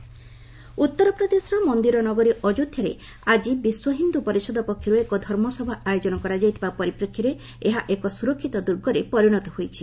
Ayodhya security ଉତ୍ତର ପ୍ରଦେଶର ମନ୍ଦିର ନଗରୀ ଅଯୋଧ୍ୟାରେ ଆଜି ବିଶ୍ୱ ହିନ୍ଦୁ ପରିଷଦ ପକ୍ଷରୁ ଏକ ଧର୍ମସଭା ଆୟୋଜନ କରାଯାଇଥିବା ପରିପ୍ରେକ୍ଷୀରେ ଏହା ଏକ ସୁରକ୍ଷିତ ଦୂର୍ଗରେ ପରିଣତ ହୋଇଛି